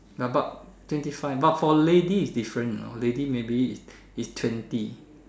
about twenty five but for ladies it's different you know ladies maybe is is twenty